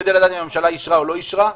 כדי לדעת האם הממשלה אישרה או לא אישרה,